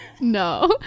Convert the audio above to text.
No